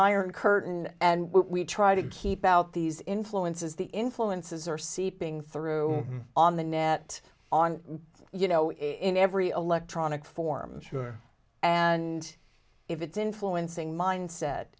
iron curtain and we try to keep out these influences the influences are seeping through on the net on you know in every electronic form sure and if it's influencing mindset